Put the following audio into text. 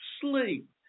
sleep